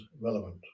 relevant